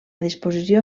disposició